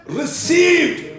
received